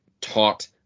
taught